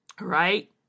right